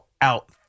out